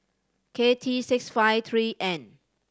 K T six five three N